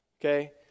Okay